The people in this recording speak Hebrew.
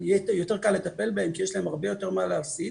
יהיה יותר קל לטפל בהם כי יש להם הרבה יותר מה להפסיד.